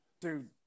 Dude